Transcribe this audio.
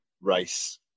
race